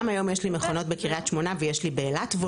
גם היום יש לי מכונות בקריית שמונה ויש לי באילת.